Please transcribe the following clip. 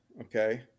Okay